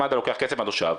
אם מד”א לוקח כסף עד עכשיו,